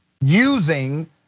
using